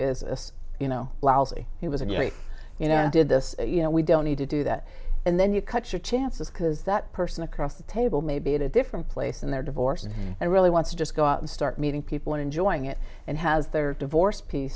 is you know lousy he was a great you know did this you know we don't need to do that and then you cut your chances because that person across the table may be a different place and they're divorced and really wants to just go out and start meeting people and enjoying it and has their divorce piece